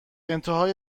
انتهای